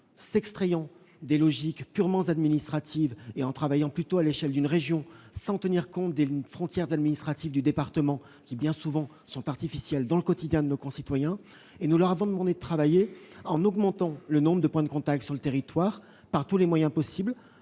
s'extrayant des logiques purement administratives et en travaillant plutôt à l'échelle d'une région, sans tenir compte des frontières administratives du département, bien souvent artificielles au regard du quotidien de nos concitoyens. En troisième lieu, nous leur demandons de veiller à augmenter le nombre de points de contact sur le territoire par tous les moyens possibles